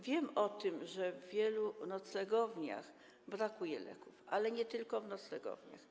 Wiem, że w wielu noclegowniach brakuje leków, ale nie tylko w noclegowniach.